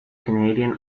canadian